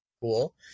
cool